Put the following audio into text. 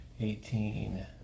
Eighteen